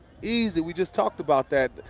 easy. we just talked about that.